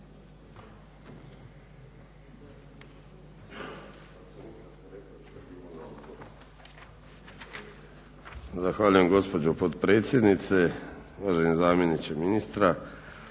Zahvaljujem gospođo potpredsjednice, uvaženi zamjeniče ministra.